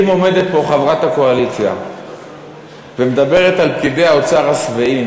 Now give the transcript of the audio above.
אם עומדת פה חברת הקואליציה ומדברת על פקידי האוצר השבעים,